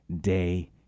day